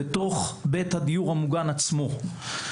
בתוך בית הדיור המוגן עצמו.